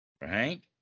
Right